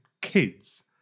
kids